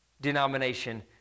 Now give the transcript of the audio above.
denomination